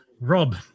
Rob